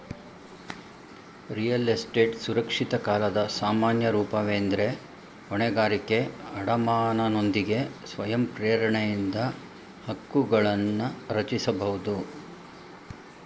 real estate ಸುರಕ್ಷಿತ ಕಾಲದ ಸಾಮಾನ್ಯ ರೂಪವೆಂದ್ರೆ ಹೊಣೆಗಾರಿಕೆ ಅಡಮಾನನೊಂದಿಗೆ ಸ್ವಯಂ ಪ್ರೇರಣೆಯಿಂದ ಹಕ್ಕುಗಳನ್ನರಚಿಸಬಹುದು